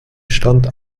stand